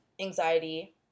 anxiety